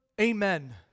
Amen